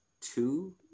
two